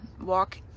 walk